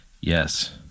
yes